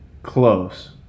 Close